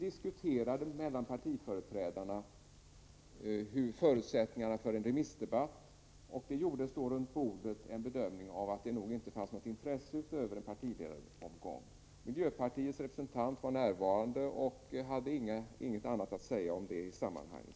Företrädare för partierna diskuterade förutsättningarna för en remissdebatt, och det gjordes då runt bordet den bedömningen att det nog inte fanns något intresse utöver en partiledaromgång. Miljöpartiets representant var närvarande och hade inget att säga i det sammanhanget.